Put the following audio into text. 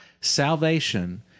salvation